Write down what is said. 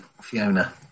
Fiona